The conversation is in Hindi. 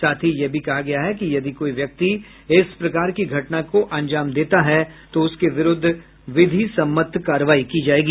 साथ ही यह भी कहा गया है कि यदि कोई व्यक्ति इस प्रकार की घटना को अंजाम देता है तो उसके विरूद्व विधि सम्मत कार्रवाई की जायेगी